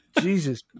Jesus